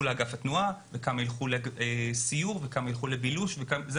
לאגף התנועה וכמה ילכו לסיור וכמה ילכו לבילוש,